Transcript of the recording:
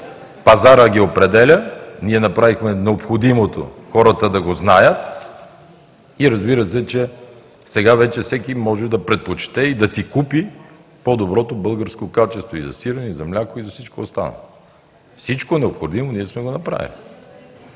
пазарът ги определя. Ние направихме необходимото хората да го знаят и, разбира се, че сега вече всеки може да предпочете и да си купи по-доброто българско качество и за сирене, и за мляко, и за всичко останало. Всичко необходимо ние сме го направили.